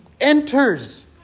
enters